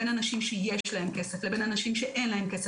בין אנשים שיש להם כסף לבין אנשים שאין להם כסף